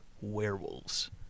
werewolves